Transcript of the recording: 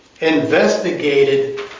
investigated